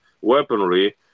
weaponry